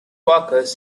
walkers